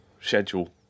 schedule